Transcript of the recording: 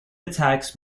attacks